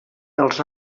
dels